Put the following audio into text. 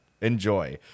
enjoy